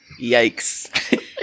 yikes